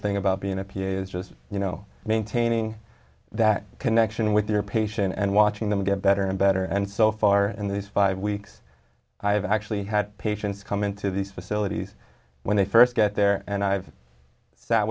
thing about being a pos just you know maintaining that connection with your patient and watching them get better and better and so far in these five weeks i have actually had patients come into these facilities when they first get there and i've sat